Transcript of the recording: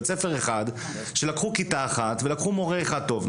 בית ספר אחד שלקחו כיתה אחת ולקחו מורה אחד טוב,